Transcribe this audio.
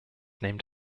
named